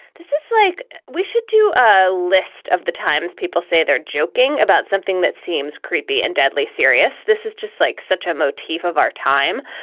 this is like we should do a list of the times. people say they're joking about something that seems creepy and deadly serious. this is just like such a motif of our time.